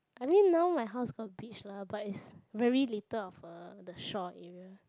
I think now my house got beach lah but it's very little of uh the shore area